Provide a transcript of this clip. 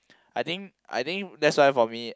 I think I think that's why for me